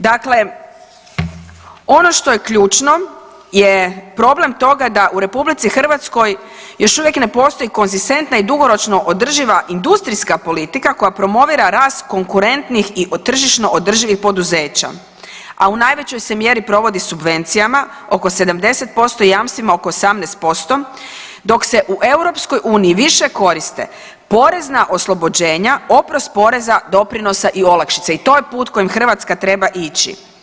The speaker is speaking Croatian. Dakle, ono što je ključno je problem toga da u RH još uvijek ne postoji konzistentna i dugoročno održiva industrijska politika koja promovira rast konkurentnih i tržišno održivih poduzeća, a u najvećoj se mjeri provodi subvencijama oko 70%, jamstvima oko 18%, dok se u EU više koriste porezna oslobođenja, oprost poreza, doprinosa i olakšica i to je put kojim Hrvatska treba ići.